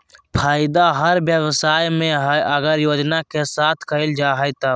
फायदा हर व्यवसाय में हइ अगर योजना के साथ कइल जाय तब